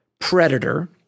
Predator